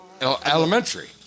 elementary